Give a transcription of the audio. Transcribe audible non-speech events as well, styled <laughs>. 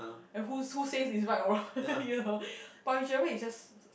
and whose who's say he's right or wrong <laughs> you know but with Xuan-Wei it's just